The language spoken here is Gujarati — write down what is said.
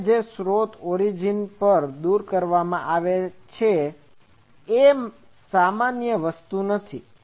હવે જો સ્રોતને ઓરીજીન પરથી દૂર કરવામાં આવે એ સામાન્ય વસ્તુ નથી